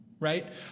Right